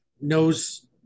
knows